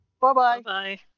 Bye-bye